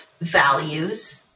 values